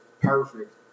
perfect